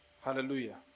Hallelujah